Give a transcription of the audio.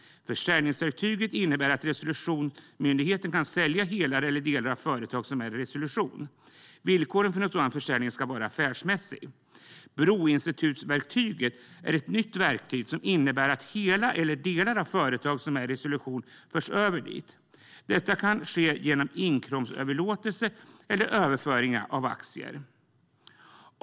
Försäljningsverktyget innebär att resolutionsmyndigheten kan sälja hela eller delar av företag som är i resolution. Villkoren för sådan försäljning ska vara affärsmässiga. Broinstitutsverktyget är ett nytt verktyg som innebär att hela eller delar av företag som är i resolution förs över dit. Detta kan ske genom inkråmsöverlåtelse eller överföring av aktier.